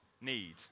need